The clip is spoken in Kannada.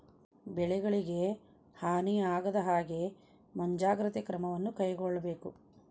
ಬೆಳೆಗಳಿಗೆ ಹಾನಿ ಆಗದಹಾಗೆ ಮುಂಜಾಗ್ರತೆ ಕ್ರಮವನ್ನು ಕೈಗೊಳ್ಳಬೇಕು